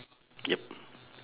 yup